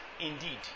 Indeed